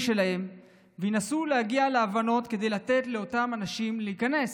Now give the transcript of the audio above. שלהם וינסו להגיע להבנות כדי לתת לאותם אנשים להיכנס.